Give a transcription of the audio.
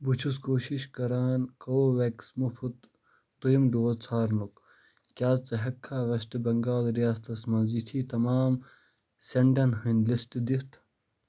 بہٕ چھُس کوٗشِش کران کو وٮ۪کٕس مُفط دٔیِم ڈوز ژھارنُک کیٛاہ ژٕ ہٮ۪کہٕ کھا وٮ۪سٹ بٮ۪نٛگال ریاستس مَنٛز یِتھی تمام سٮ۪نٛڈَن ہٕنٛدۍ لِسٹ دِتھ